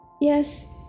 yes